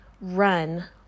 run